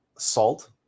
salt